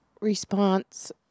response